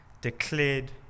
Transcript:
declared